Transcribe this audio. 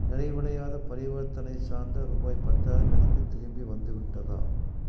நிறைவடையாத பரிவர்த்தனை சார்ந்த ரூபாய் பத்தாயிரம் எனக்கு திரும்பி வந்துவிட்டதா